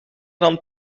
dan